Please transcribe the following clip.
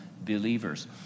believers